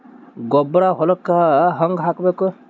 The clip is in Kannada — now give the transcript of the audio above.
ಗೊಬ್ಬರ ಹೊಲಕ್ಕ ಹಂಗ್ ಹಾಕಬೇಕು?